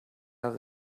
have